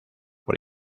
por